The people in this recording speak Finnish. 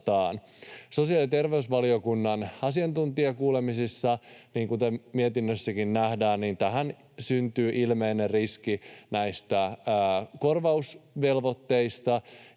Sosiaali- ja terveysvaliokunnan asiantuntijakuulemisissa, kuten mietinnössäkin nähdään, kävi ilmi, että tähän syntyy ilmeinen riski näistä korvausvelvoitteista,